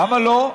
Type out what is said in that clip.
למה לא?